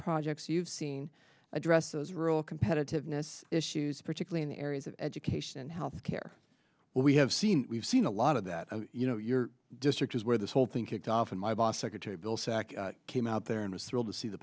projects you've seen address those rural competitiveness issues particularly in areas of education health care where we have seen we've seen a lot of that you know your district is where this whole thing kicked off and my boss secretary bill sack came out there and was thrilled to see the